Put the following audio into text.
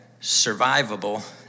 survivable